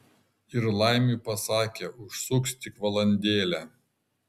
ir laimiui pasakė užsuks tik valandėlę